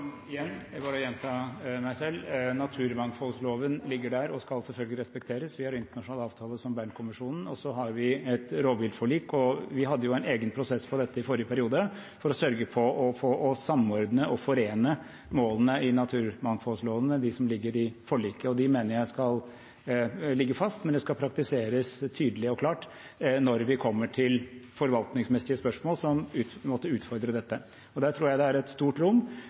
Jeg må bare gjenta meg selv: Naturmangfoldloven ligger der og skal selvfølgelig respekteres. Vi har internasjonale avtaler, som Bernkonvensjonen, og så har vi også et rovviltforlik. Vi hadde en egen prosess på dette i forrige periode for å sørge for å samordne og forene målene i naturmangfoldloven med de målene som ligger i forliket. De mener jeg skal ligge fast, men det skal praktiseres tydelig og klart når vi kommer til forvaltningsmessige spørsmål som måtte utfordre dette. Der tror jeg det er et stort rom